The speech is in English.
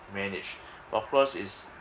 manage of course is